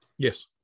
Yes